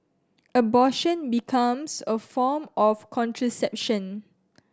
abortion becomes a form of contraception